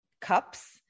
cups